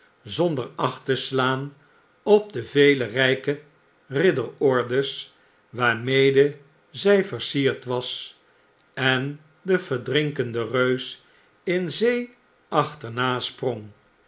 zonder acht te slaan op de vele rjjke ridder ordes waarmede zjj versierd was en den verdrinkenden reus in zee achterna sprong